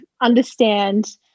understand